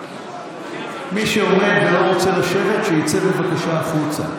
מי שעומד ולא רוצה לשבת, שיצא בבקשה החוצה.